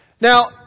Now